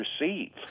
receive